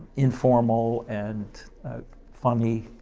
informal and funny